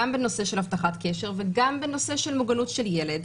גם בנושא של הבטחת קשר וגם בנושא של מוגנות של ילד,